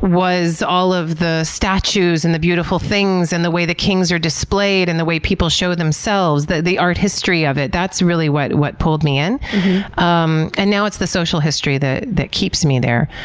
was all of the statues, and the beautiful things, and the way the kings are displayed, and the way people show themselves, the art history of it. that's really what what pulled me in um and now it's the social history that that keeps me there.